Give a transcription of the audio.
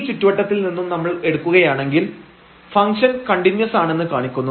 ചുറ്റുവട്ടത്തിൽ നിന്നും നമ്മൾ എടുക്കുകയാണെങ്കിൽ ഫംഗ്ഷൻ കണ്ടിന്യൂസ് ആണെന്ന് കാണിക്കുന്നു